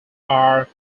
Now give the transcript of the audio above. are